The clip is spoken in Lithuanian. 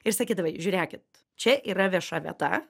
ir sakydavai žiūrėkit čia yra vieša vieta